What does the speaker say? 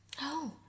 Oh